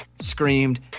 screamed